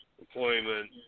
employment